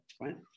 right